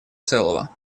целого